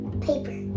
Paper